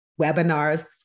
webinars